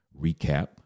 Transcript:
recap